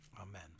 Amen